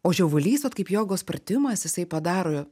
o žiovulys vat kaip jogos pratimas jisai padaro